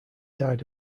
died